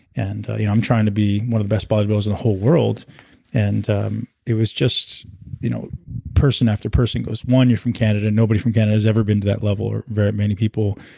and yeah i'm trying to be one of the best bodybuilders in the whole world and um it was just you know person after person goes, one, you're from canada. and nobody from canada has ever been to that level, or very many people.